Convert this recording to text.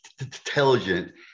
intelligent